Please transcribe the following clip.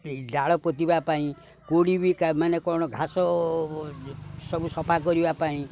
ଏଇ ଡାଳ ପୋତିିବା ପାଇଁ କୋଡ଼ି ବି ମାନେ କ'ଣ ଘାସ ସବୁ ସଫା କରିବା ପାଇଁ